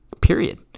period